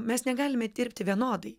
mes negalime dirbti vienodai